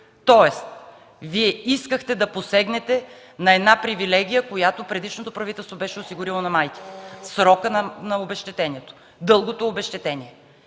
Тоест Вие искахте да посегнете на една привилегия, която предишното правителство беше осигурила на майките – срокът на обезщетение, дългото обезщетение.